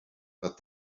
but